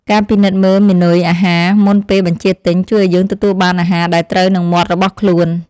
ការពិនិត្យមើលម៉ឺនុយអាហារមុនពេលបញ្ជាទិញជួយឱ្យយើងទទួលបានអាហារដែលត្រូវនឹងមាត់របស់ខ្លួន។